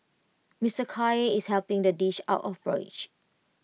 Mister Khair is helping to dish out of porridge